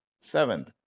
Seventh